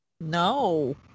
No